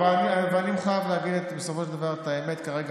אבל אני מחויב להגיד בסופו של דבר את האמת כרגע,